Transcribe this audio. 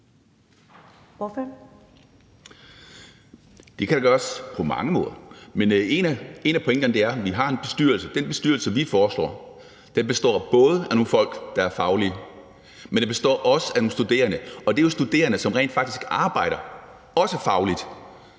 Det kan gøres på mange måder. Men en af pointerne er, at vi har en bestyrelse. Den bestyrelse, vi foreslår, består både af nogle folk, der er faglige, men den består også af nogle studerende, og det er jo studerende, som rent faktisk også arbejder fagligt.